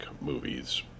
movies